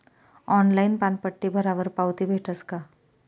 Online पानपट्टी भरावर पावती भेटस का?